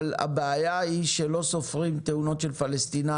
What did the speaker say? אבל הבעיה היא שלא סופרים תאונות של פלסטינאים,